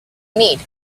need